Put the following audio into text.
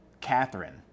Catherine